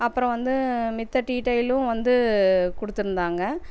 அப்புறம் வந்து மத்த டீட்டெயிலும் வந்து கொடுத்துருந்தாங்க